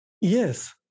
yes